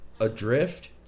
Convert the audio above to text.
adrift